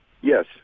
Yes